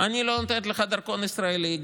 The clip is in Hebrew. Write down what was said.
אני לא נותנת לך דרכון ישראלי,